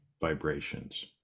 vibrations